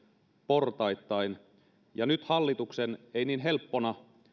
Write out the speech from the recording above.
portaittain nyt hallituksen ei niin helppona